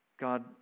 God